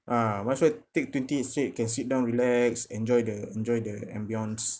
ah might as well take twenty-eight straight can sit down relax enjoy the enjoy the ambience